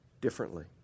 differently